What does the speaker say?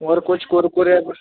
और कुछ कुरकुरे या कुछ